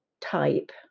type